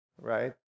right